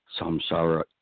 samsara